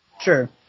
Sure